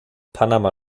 panama